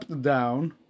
down